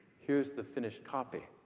here's the finished copy.